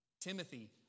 Timothy